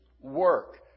work